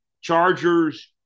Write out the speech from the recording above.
Chargers